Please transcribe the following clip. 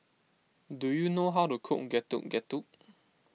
do you know how to cook Getuk Getuk